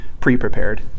pre-prepared